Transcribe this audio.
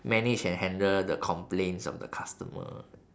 manage and handle the complaints of the customer